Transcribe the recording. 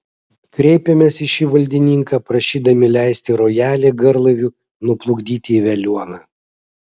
kreipėmės į šį valdininką prašydami leisti rojalį garlaiviu nuplukdyti į veliuoną